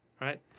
right